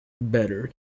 better